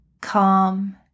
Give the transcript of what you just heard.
calm